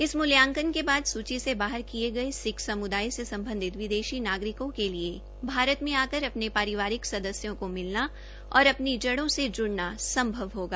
इस मूल्यांकन के बाद सूची से बाहर किए गये सिक्ख समूदाय से सम्बधित विदेशी नागरिकों के लिए भारत में आकर अपने परिवारिक सदस्यों को मिलना और अपनी जड़ो से जुड़ना संभव होगा